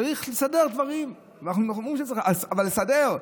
צריך לסדר דברים, אבל לסדר,